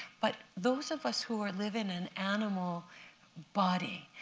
but those of us who live in an animal body,